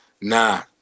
Nah